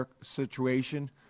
situation